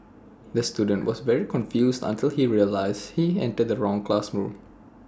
the student was very confused until he realised he entered the wrong classroom